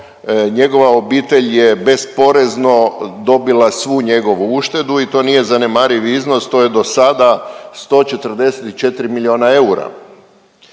njegova obitelj je besporezno dobila svu njegovu uštedu i to nije zanemariv iznos, to je do sada 144 milijuna eura.